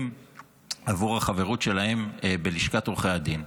עבור החברות שלהם בלשכת עורכי הדין.